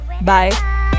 Bye